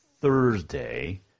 Thursday